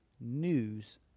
news